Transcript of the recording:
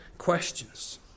questions